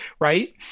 right